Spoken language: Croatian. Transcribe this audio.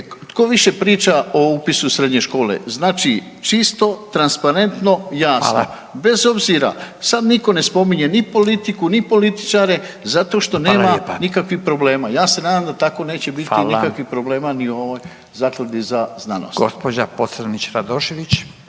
tko više priča o upisu u srednje škole, znači čisto, transparentno, jasno. Bez obzira sad nitko ne spominje ni politiku, ni političare zato što nema nikakvih problema. Ja se nadam da tako neće biti nikakvih problema ni u ovoj Zakladi za znanost.